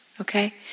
Okay